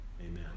Amen